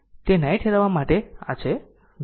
તેથી આને ન્યાયી ઠેરવવા આ કરવા માટે છે